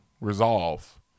resolve